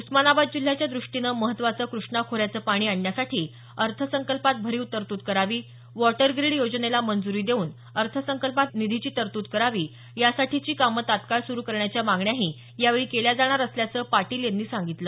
उस्मानाबाद जिल्ह्याच्या दृष्टीने महत्त्वाचं कृष्णा खोऱ्याचं पाणी आणण्यासाठी अर्थसंकल्पात भरीव तरतूद करावी वॉटर ग्रीड योजनेला मंजूरी देऊन अर्थसंकल्पात निधीची तरतूद करावी यासाठीची कामं तत्काळ सुरू करण्याच्या मागण्याही यावेळी केल्या जाणार असल्याचं पाटील यांनी सांगितलं